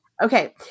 Okay